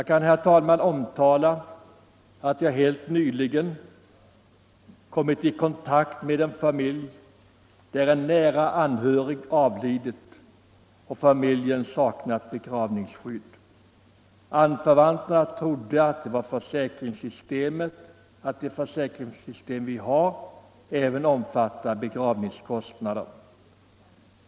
Jag kan, herr talman, tala om att jag helt nyligen kommit i kontakt med en familj, där en nära anhörig avlidit och familjen saknade begravnings skydd. Anförvanterna trodde att det försäkringssystem vi har omfattar även begravningskostnader.